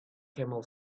camel